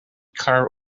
car